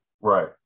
right